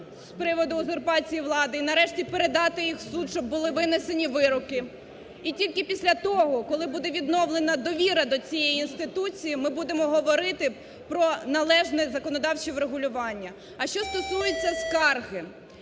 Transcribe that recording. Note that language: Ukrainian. з приводу узурпації влади, і, нарешті, передати їх в суд, щоб були винесені вироки. І тільки після того, коли буде відновлена довіра до цієї інституції, ми будемо говорити про належне законодавче врегулювання. А що стосується скарги.